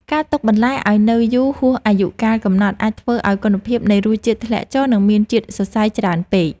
ការទុកបន្លែឱ្យនៅយូរហួសអាយុកាលកំណត់អាចធ្វើឱ្យគុណភាពនៃរសជាតិធ្លាក់ចុះ និងមានជាតិសរសៃច្រើនពេក។